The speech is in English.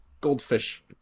Goldfish